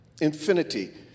infinity